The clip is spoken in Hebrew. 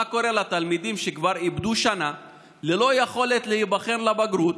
מה קורה לתלמידים שכבר איבדו שנה ללא יכולת להיבחן לבגרות,